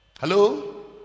hello